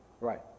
right